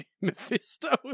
mephisto